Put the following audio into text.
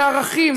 זה ערכים,